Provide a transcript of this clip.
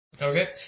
Okay